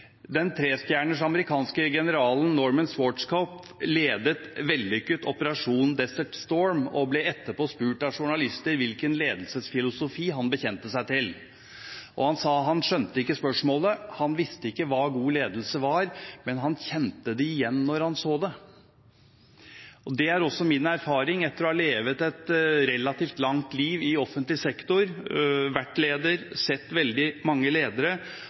Den firestjerners amerikanske generalen Norman Schwarzkopf ledet den vellykkede operasjonen Desert Storm og ble etterpå spurt av journalister hvilken ledelsesfilosofi han bekjente seg til. Han sa at han skjønte ikke spørsmålet – han visste ikke hva god ledelse var, men han kjente det igjen når han så det. Det er også min erfaring – etter å ha levd et relativt langt liv i offentlig sektor, vært leder, sett veldig mange ledere: